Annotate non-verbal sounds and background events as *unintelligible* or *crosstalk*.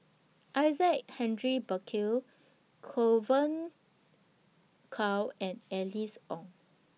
Isaac Henry Burkill *unintelligible* Kow and Alice Ong